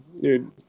dude